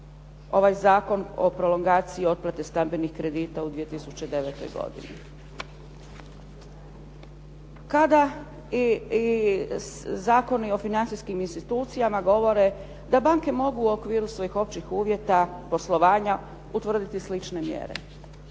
ovaj Zakon o prolongaciji otplate stambenih kredita u 2009. godini? Kada i zakoni o financijskim institucijama govore da banke mogu u okviru svojih općih uvjeta poslovanja utvrditi slične mjere.